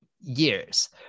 years